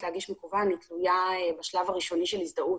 להגיש מקוון תלויה בשלב הראשוני של הזדהות.